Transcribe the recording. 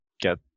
get